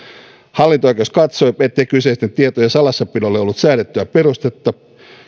hallinto oikeus katsoi ettei kyseisten tietojen salassapidolle ollut säädettyä perustetta ja